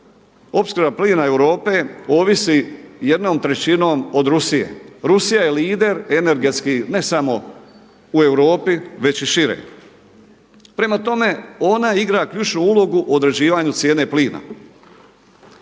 opskrba plina Europe ovisi jednom trećinom od Rusije. Rusija je lider energetski ne samo u Europi već i šire. Prema tome, ona igra ključnu ulogu o određivanju cijene plina.